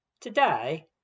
today